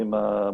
ועם מונשמים.